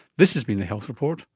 this has been the health report,